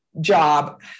job